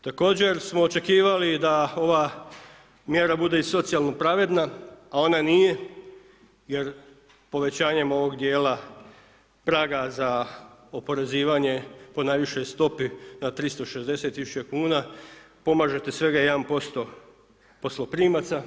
Također su očekivali da ova mjera bude i socijalno pravedna, a ona nije jer povećanjem ovoga dijela praga za oporezivanje po najvišoj stopi na 360.000,00 kn pomažete svega 1% posloprimaca,